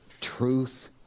truth